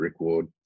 Rickward